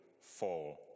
fall